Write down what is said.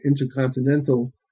intercontinental